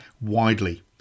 widely